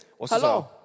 hello